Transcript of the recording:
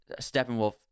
Steppenwolf